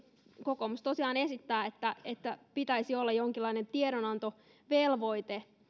kokoomus tosiaan esittää että että pitäisi olla jonkinlainen tiedonantovelvoite